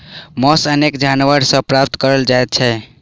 मौस अनेको जानवर सॅ प्राप्त करल जाइत छै